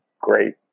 great